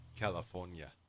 California